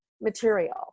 material